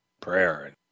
prayer